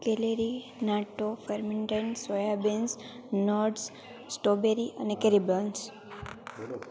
gallery natto fermented soybeans nuts strawberry અને કેરીબન્સ